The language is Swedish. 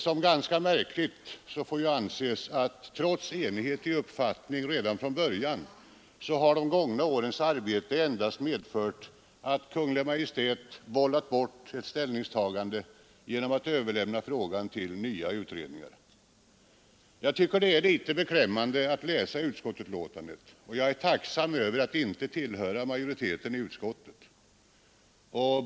Som ganska märkligt måste anses att trots enighet i uppfattning redan från början har de gångna årens arbete endast medfört, att Kungl. Maj:t ”bollat bort” ett ställningstagande genom att överlämna frågan till nya utredningar. Jag tycker att det är litet beklämmande att läsa utskottsbetänkandet, och jag är tacksam över att inte tillhöra majoriteten i utskottet.